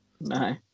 No